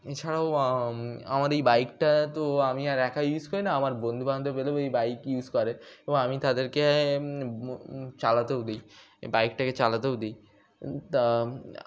এছাড়াও আমাদের এই বাইকটা তো আমি আর একা ইউজ করি না আমার বন্ধুবান্ধব এলেও এই বাইকই ইউজ করে এবং আমি তাদেরকে চালাতেও দিই বাইকটাকে চালাতেও দিই তা